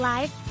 Live